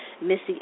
Missy